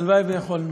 הלוואי שיכולנו.